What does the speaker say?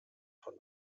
von